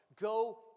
Go